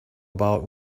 about